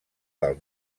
del